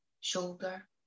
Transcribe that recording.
Shoulder